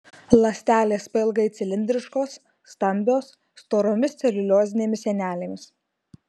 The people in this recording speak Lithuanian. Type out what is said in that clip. ląstelės pailgai cilindriškos stambios storomis celiuliozinėmis sienelėmis